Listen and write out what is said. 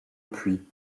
puy